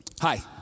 Hi